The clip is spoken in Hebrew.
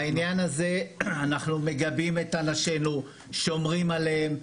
בעניי הזה אנחנו מגבים את אנשינו, שומרים עליהם.